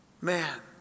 man